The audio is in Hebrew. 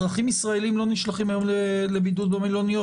אזרחים ישראלים לא נשלחים היום לבידוד במלוניות,